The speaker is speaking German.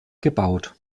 gebaut